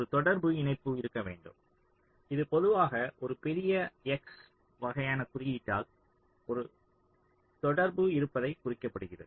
ஒரு தொடர்பு இணைப்பு இருக்க வேண்டும் இது பொதுவாக ஒரு பெரிய x வகையான குறியீட்டால் ஒரு தொடர்பு இருப்பதைக் குறிக்கப்படுகிறது